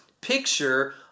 picture